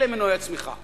אלה מנועי הצמיחה.